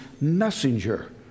messenger